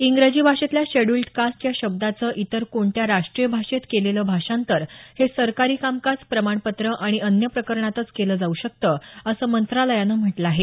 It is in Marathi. इंग्रजी भाषेतल्या शेड्यूल्ड कास्ट या शब्दाचं इतर कोणत्या राष्ट्रीय भाषेत केलेलं भाषांतर हे सरकारी कामकाज प्रमाणपत्र आणि अन्य प्रकरणातच केलं जाऊ शकतं असं मंत्रालयानं म्हटलं आहे